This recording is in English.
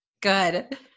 Good